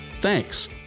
Thanks